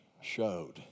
showed